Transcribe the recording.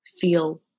feel